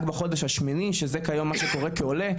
בחודש השמיני שזה כיום מה שקורה לעולה,